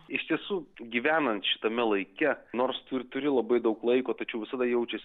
iš tiesų gyvenant šitame laike nors tu ir turi labai daug laiko tačiau visada jaučiasi